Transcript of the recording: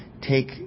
take